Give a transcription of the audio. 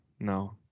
No